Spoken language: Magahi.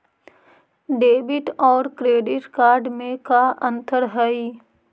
डेबिट और क्रेडिट कार्ड में का अंतर हइ?